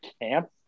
Camp